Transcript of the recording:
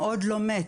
זה לא פשוט.